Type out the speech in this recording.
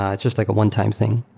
ah just like a one-time thing.